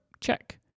Check